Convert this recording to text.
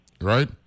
right